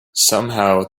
somehow